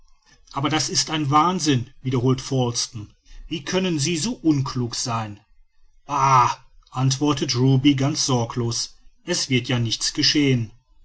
aber das ist ein wahnsinn wiederholt falsten wie können sie so unklug sein bah antwortet ruby ganz sorglos es wird ja nichts geschehen